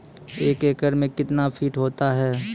एक एकड मे कितना फीट होता हैं?